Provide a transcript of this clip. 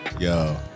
yo